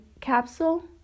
capsule